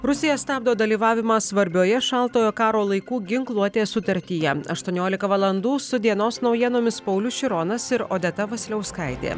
rusija stabdo dalyvavimą svarbioje šaltojo karo laikų ginkluotės sutartyje aštuoniolika valandų su dienos naujienomis paulius šironas ir odeta vasiliauskaitė